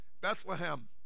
Bethlehem